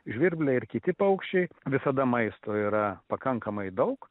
žvirbliai ir kiti paukščiai visada maisto yra pakankamai daug